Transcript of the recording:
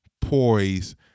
poise